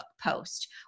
post